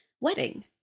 wedding